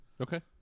Okay